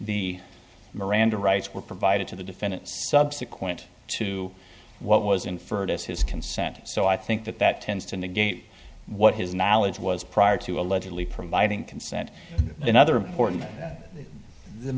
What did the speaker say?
the miranda rights were provided to the defendant's subsequent to what was inferred as his consent so i think that that tends to negate what his knowledge was prior to allegedly providing consent in other important that the